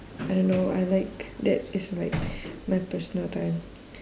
I don't know I like that is like my personal time